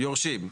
יורשים.